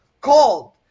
cold